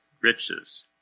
riches